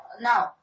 now